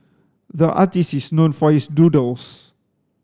the artist is known for his doodles